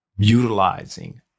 utilizing